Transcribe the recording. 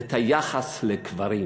את היחס לקברים,